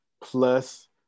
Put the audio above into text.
plus